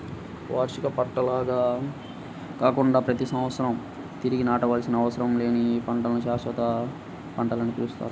వార్షిక పంటల్లాగా కాకుండా ప్రతి సంవత్సరం తిరిగి నాటవలసిన అవసరం లేని పంటలను శాశ్వత పంటలని పిలుస్తారు